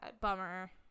Bummer